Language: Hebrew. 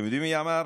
אתם יודעים מי אמר?